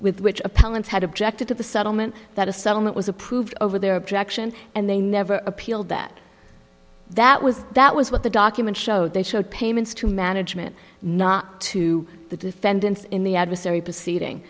with which appellants had objected to the settlement that a settlement was approved over their objection and they never appealed that that was that was what the documents showed they showed payments to management not to the defendants in the adversary proceeding